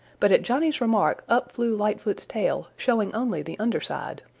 but at johnny's remark up flew lightfoot's tail, showing only the under side.